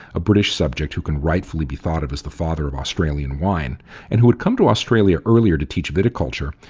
a british subject who can rightfully be thought of as the father of australian wine and who had come to australia earlier to teach viticulture,